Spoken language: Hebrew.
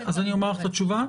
אז אני אומר לך את התשובה?